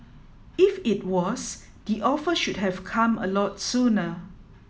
if it was the offer should have come a lot sooner